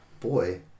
boy